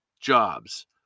jobs